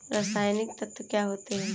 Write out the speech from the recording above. रसायनिक तत्व क्या होते हैं?